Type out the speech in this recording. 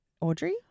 Audrey